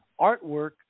artwork